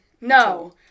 No